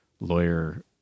lawyer